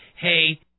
hey